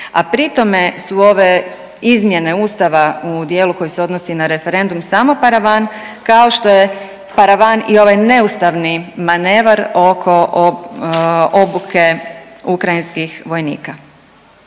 a pri tome su ove izmjene Ustava u dijelu koji se odnosi na referendum samo paravan kao što je paravan i ovaj neustavni manevar oko obuke ukrajinskih vojnika.